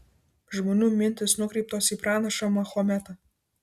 žmonių mintys nukreiptos į pranašą mahometą